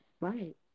Right